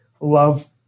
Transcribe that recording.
love